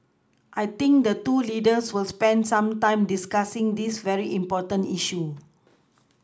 I think the two leaders will spend some time discussing this very important issue